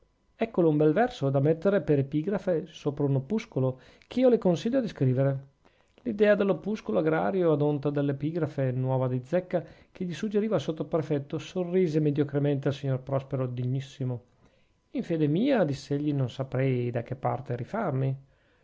eccole un bel verso da mettere per epigrafe sopra un opuscolo che io le consiglio di scrivere l'idea dell'opuscolo agrario ad onta dell'epigrafe nuova di zecca che gli suggeriva il sottoprefetto sorrise mediocremente al signor prospero degnissimo in fede mia diss'egli non saprei da che parte rifarmi